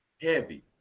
heavy